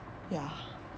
ya